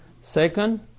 Second